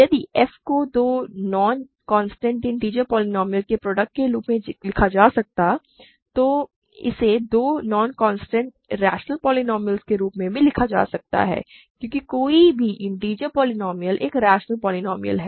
यदि f को दो नॉन कांस्टेंट इन्टिजर पोलीनोमिअल के प्रॉडक्ट के रूप में लिखा जा सकता है तो इसे दो नॉन कांस्टेंट रैशनल पोलीनोमिअल के रूप में भी लिखा जा सकता है क्योंकि कोई भी इन्टिजर पोलीनोमिअल एक रैशनल पोलीनोमिअल है